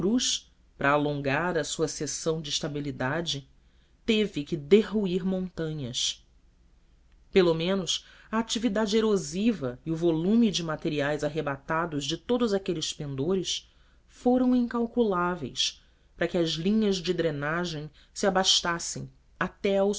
purus para alongar a sua seção de estabilidade teve que derruir montanhas pelo menos a atividade erosiva e o volume de materiais arrebatados de todos aqueles pendores foram incalculáveis para que as linhas de drenagem se abatessem até ao